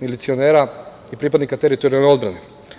milicionera i pripadnika teritorijalne odbrane.